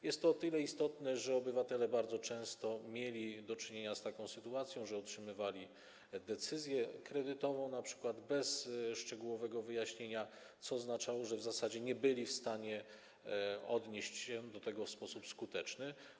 Jest to o tyle istotne, że obywatele bardzo często mieli do czynienia z taką sytuacją, że otrzymywali decyzję kredytową np. bez szczegółowego wyjaśnienia, co oznaczało, że w zasadzie nie byli w stanie odnieść się do tego w sposób skuteczny.